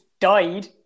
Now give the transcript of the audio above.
died